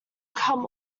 come